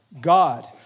God